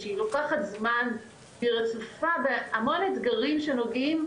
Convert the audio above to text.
היא לוקחת זמן ורצופה בהמון אתגרים שנוגעים,